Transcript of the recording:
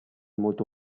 molto